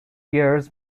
years